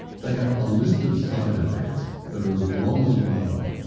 they have a list of side-effects that are as long as your arm.